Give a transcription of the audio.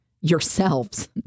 yourselves